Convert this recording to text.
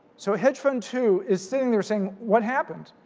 so hedge fund two is sitting there saying, what happened?